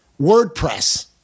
WordPress